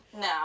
No